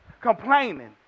complaining